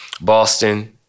Boston